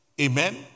Amen